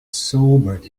sobered